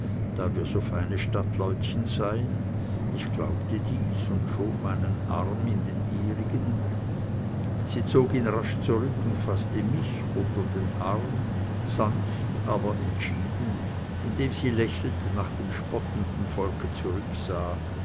da wir so feine stadtleutchen seien ich glaubte dies und schob meinen arm in den ihrigen sie zog ihn rasch zurück und faßte mich unter den arm sanft aber entschieden indem sie lächelnd nach dem spottenden volke zurücksah